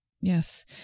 Yes